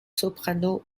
soprano